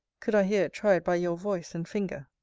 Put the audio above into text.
could i hear it tried by your voice and finger.